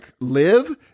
live